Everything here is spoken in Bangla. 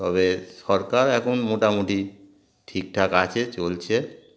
তবে সরকার এখন মোটামুটি ঠিকঠাক আছে চলছে